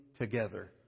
together